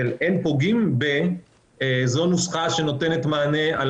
ש"אין פוגעים ב-" זו הנוסחה שנותנת מענה על